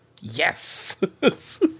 Yes